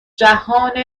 جهان